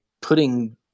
putting